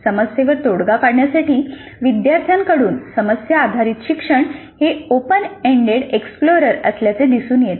समस्येवर तोडगा काढण्यासाठी विद्यार्थ्यांकडून समस्या आधारित शिक्षण हे ओपन एंडेड एक्सप्लोरर असल्याचे दिसून येते